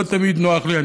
לא תמיד נוח לי,